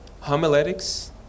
homiletics